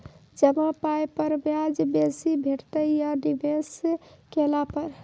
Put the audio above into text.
जमा पाय पर ब्याज बेसी भेटतै या निवेश केला पर?